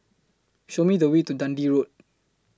Show Me The Way to Dundee Road